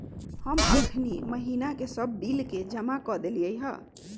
हम अखनी महिना के सभ बिल के जमा कऽ देलियइ ह